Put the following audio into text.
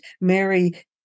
mary